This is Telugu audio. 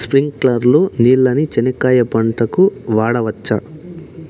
స్ప్రింక్లర్లు నీళ్ళని చెనక్కాయ పంట కు వాడవచ్చా?